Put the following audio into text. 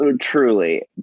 Truly